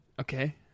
Okay